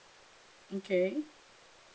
okay